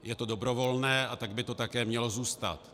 Je to dobrovolné a tak by to také mělo zůstat.